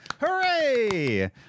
Hooray